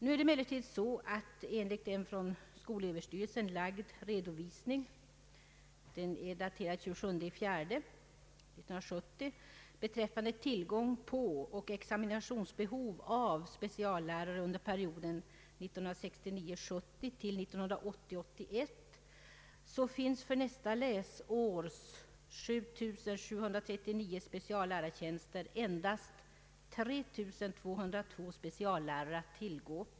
Nu finns emellertid enligt en av skolöverstyrelsen framlagd redovisning — daterad 27 april 1970 — beträffande tillgång på och examinationsbehov av speciallärare under perioden 1969 81, för nästa läsårs 7 739 speciallärartjänster endast 3 202 speciallärare att tillgå.